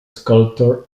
sculptor